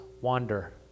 wander